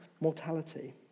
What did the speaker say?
mortality